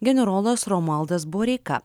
generolas romualdas boreika